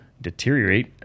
deteriorate